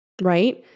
right